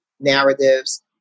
narratives